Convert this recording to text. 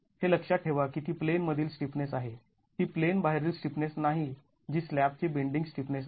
हे लक्षात ठेवा की ती प्लेन मधील स्टिफनेस आहे ती प्लेन बाहेरील स्टिफनेस नाही जी स्लॅबची बेंडींग स्टिफनेस आहे